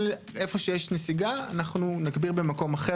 קרקע שאפשר לצעוד עליה ומים נקיים לשתייה.